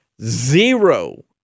zero